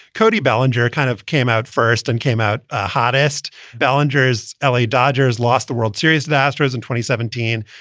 cody bellinger kind of came out first and came out ah hottest bellinger's bellinger's l a. dodgers lost the world series, the astros in twenty seventeen.